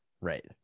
Right